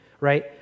right